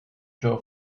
joe